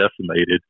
decimated